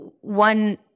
One